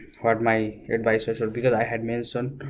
what my advisor said because i had mentioned